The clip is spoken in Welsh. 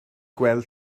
gweld